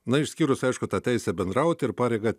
na išskyrus aišku tą teisę bendrauti ir pareigą